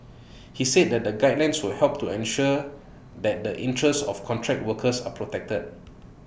he said that the guidelines will help to ensure that the interests of contract workers are protected